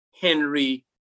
Henry